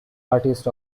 artist